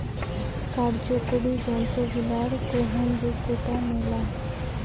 কার্যকরি যন্ত্রগিলার গ্রহণযোগ্যতা মেলা